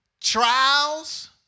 trials